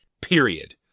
period